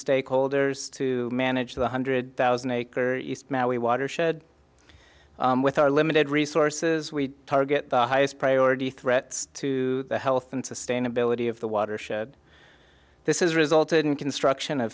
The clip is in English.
stakeholders to manage the one hundred thousand acre watershed with our limited resources we target the highest priority threats to the health and sustainability of the watershed this is resulted in construction of